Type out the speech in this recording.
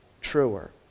truer